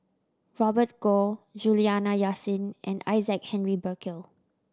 Robert Goh Juliana Yasin and Isaac Henry Burkill